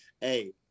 hey